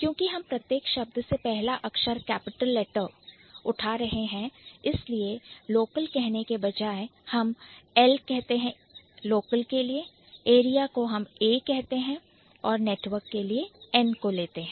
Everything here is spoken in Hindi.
क्योंकिहम प्रत्येक शब्द से पहला अक्षर capital मैं उठा रहे हैं इसलिए Local कहने के बजाय हम Lकहते हैं Area को हम A कहते हैं और Network के लिए N को लेते हैं